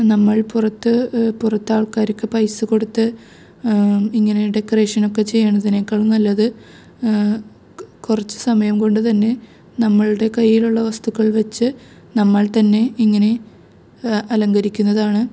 നമ്മൾ പുറത്ത് പുറത്ത് ആൾക്കാർക്ക് പൈസ കൊടുത്ത് ഇങ്ങനെ ഡെക്കറേഷനൊക്കെ ചെയ്യുന്നതിനേക്കാളും നല്ലത് കുറച്ച് സമയം കൊണ്ടു തന്നെ നമ്മളുടെ കൈയിലുള്ള വസ്തുക്കൾ വച്ച് നമ്മൾ തന്നെ ഇങ്ങനെ അലങ്കരിക്കുന്നതാണ്